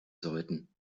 sollten